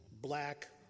black